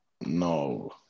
No